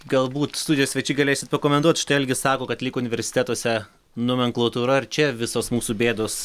galbūt studijos svečiai galėsit pakomentuoti algis sako kad lyg universitetuose nomenklatūra ar čia visos mūsų bėdos